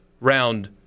round